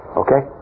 okay